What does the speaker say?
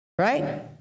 Right